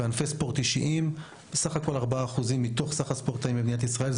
ובענפי הספורט האישיים רק 4% מתוך סך הספורטאים במדינת ישראל.